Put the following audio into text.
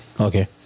Okay